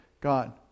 God